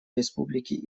республики